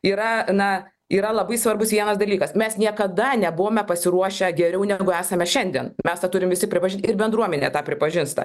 yra na yra labai svarbus vienas dalykas mes niekada nebuvome pasiruošę geriau negu esame šiandien mes tą turim visi pripažin ir bendruomenė tą pripažįsta